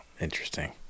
Interesting